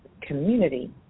community